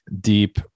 deep